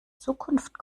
zukunft